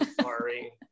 Sorry